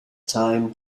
time